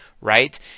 right